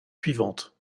suivantes